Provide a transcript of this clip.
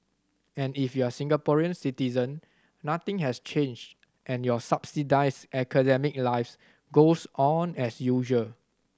and if you're a Singaporean citizen nothing has changed and your subsidised academic life goes on as usual